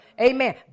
Amen